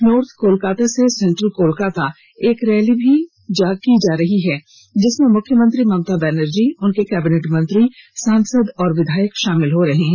north Kolkata से central Kolkata एक rally भी की जा रही है जिसमें मुख्यमंत्री ममता बनर्जी उनके कैबिनेट मंत्री सांसद और विधायक शामिल हो रहे हैं